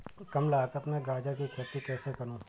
कम लागत में गाजर की खेती कैसे करूँ?